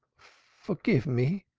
forgive me,